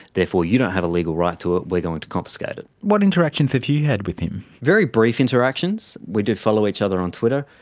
therefore you don't have a legal right to it, we're going to confiscate it. what interactions have you had with him? very brief interactions. we do follow each other on twitter,